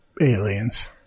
aliens